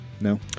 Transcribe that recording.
No